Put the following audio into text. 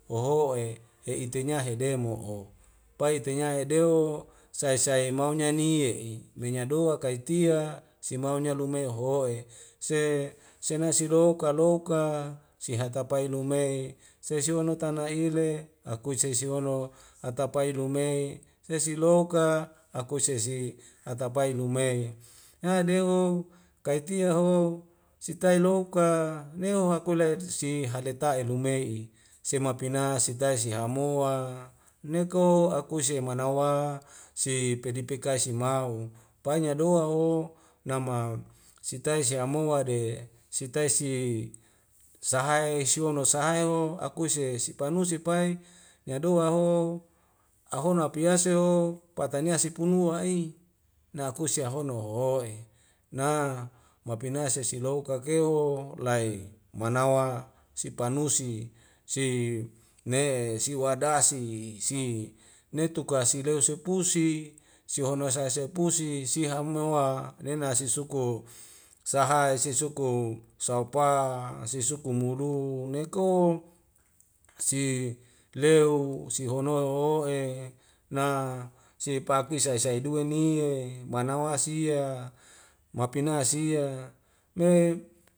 Hoho'e e itenya hedemo'o pai tenya hedeo sae sae maunya nie'i menya dowak kaitia simaunya lume ho'e se senasi roka loka sihatapae lumei sesu'ono tana ile akuese seisiono hatapae lumei sesilouk ka akuse sesi atapae lumei. hade'o kaitia ho sitae loka neu hakolae tusihaletai'i lume'i semapina sitae sihamoa neko akuse manawa si pedipekai si mau panya do'a o nama sitai siamoa de sitai si sahae sihono sahae o akuse sipanusi pae nya doa ho ahona apease ho patanya sipunua i nakuse ahono hoho'e na mapina sesilouk ka keho lae manawa sipanusi si ne siwa'dasi si netuk ka sileu sepusi sihono sae se'pusi siham mua nena sisuku sahai si suku saupa sisuku mulu neko si leo sihono ho'e na sipaki sai sai duwe ni e manawa sia mapina sia me